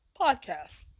Podcast